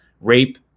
rape